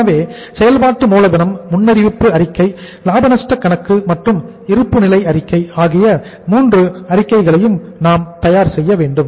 எனவே செயல்பாட்டு மூலதனம் முன்னறிவிப்பு அறிக்கை லாப நஷ்ட கணக்கு மற்றும் இருப்பு நிலை ஆகிய மூன்று அறிக்கைகளையும் நாம் தயார் செய்ய வேண்டும்